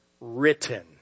written